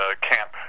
camp